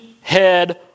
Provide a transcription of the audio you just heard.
head